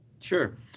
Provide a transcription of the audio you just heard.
Sure